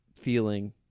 feeling